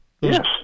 Yes